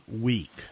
week